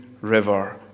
river